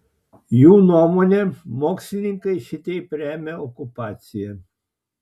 jų nuomone mokslininkai šitaip remia okupaciją